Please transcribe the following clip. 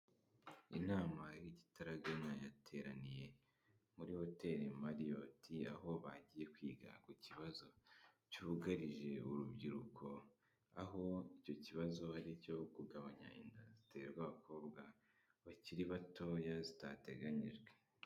Inama y'igitaraganya yateraniye muri hoteri Mariyoti, aho bagiye kwiga ku kibazo cyugarije urubyiruko, aho icyo kibazo ari icyo kugabanya inda ziterwa abakobwa bakiri batoya zitateganyijwe.